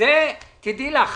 תדעי לך,